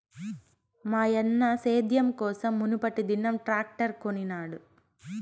మాయన్న సేద్యం కోసం మునుపటిదినం ట్రాక్టర్ కొనినాడు